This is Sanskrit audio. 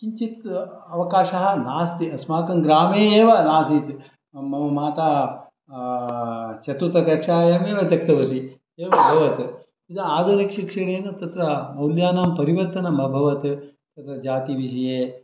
किञ्चित् अवकाशः नास्ति अस्माकङ्ग्रामे एव नासीत् मम माता चतुर्थकक्षायाम् एव त्यक्तवती एवं अभवत् आधुनिकशिक्षणेन तत्र मौल्यानां परिवर्तनम् अभवत् तत् जातिविषये